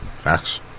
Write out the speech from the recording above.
Facts